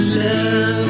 love